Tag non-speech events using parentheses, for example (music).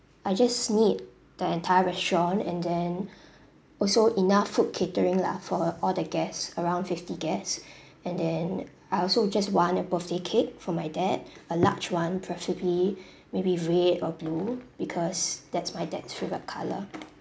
I just need the entire restaurant and then (breath) also enough food catering lah for all the guests around fifty guests (breath) and then I also just want a birthday cake for my dad a large one preferably (breath) maybe red or blue because that's my dad's favourite colour